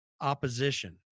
opposition